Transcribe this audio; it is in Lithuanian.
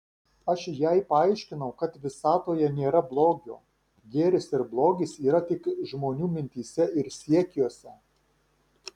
aš jai paaiškinau kad visatoje nėra blogio gėris ir blogis yra tik žmonių mintyse ir siekiuose